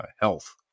health